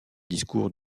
discours